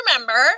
remember